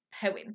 poem